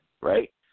right